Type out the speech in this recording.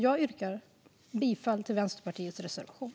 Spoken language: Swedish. Jag yrkar bifall till Vänsterpartiets reservation.